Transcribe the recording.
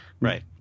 Right